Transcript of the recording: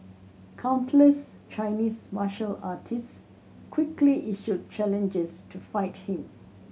countless Chinese martial artists quickly issued challenges to fight him